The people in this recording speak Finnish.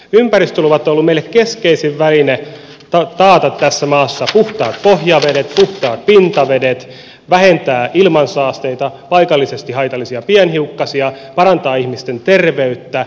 ympäristöluvat ovat olleet meille keskeisin väline taata tässä maassa puhtaat pohjavedet puhtaat pintavedet vähentää ilmansaasteita paikallisesti haitallisia pienhiukkasia parantaa ihmisten terveyttä